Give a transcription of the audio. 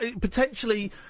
Potentially